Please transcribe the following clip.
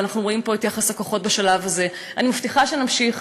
ואנחנו רואים פה את יחס הכוחות בשלב הזה: אני מבטיחה שנמשיך